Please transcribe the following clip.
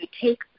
take